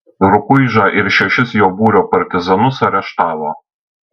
rukuižą ir šešis jo būrio partizanus areštavo